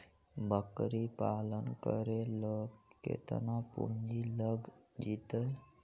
बकरी पालन करे ल केतना पुंजी लग जितै?